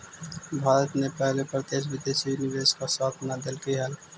भारत ने पहले प्रत्यक्ष विदेशी निवेश का साथ न देलकइ हल